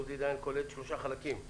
עוזי דיין כוללת שלושה חלקים.